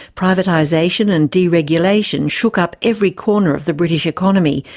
privatisation and deregulation shook up every corner of the british economy,